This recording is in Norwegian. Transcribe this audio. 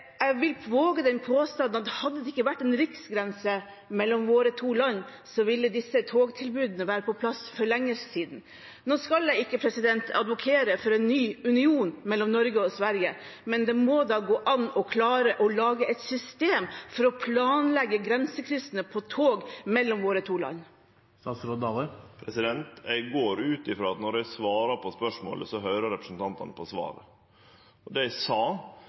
Jeg vil våge den påstanden at hadde det ikke vært en riksgrense mellom våre to land, ville disse togtilbudene vært på plass for lenge siden. Nå skal jeg ikke advokere for en ny union mellom Norge og Sverige, men det må da gå an å klare å lage et system for grensekryssende tog mellom våre to land. Eg går ut frå at når eg svarar på spørsmålet, høyrer representanten på svaret. Det eg sa,